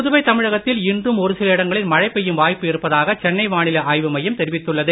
புதுவை தமிழகத்தில் இன்றும் ஒருசில இடங்களில் மழை பெய்யும் வாய்ப்பு இருப்பதாக சென்னை வானிலை ஆய்வுமையம் தெரிவித்துள்ளது